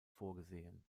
vorgesehen